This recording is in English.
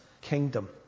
kingdom